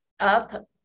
up